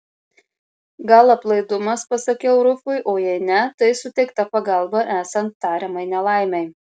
gal aplaidumas pasakiau rufui o jei ne tai suteikta pagalba esant tariamai nelaimei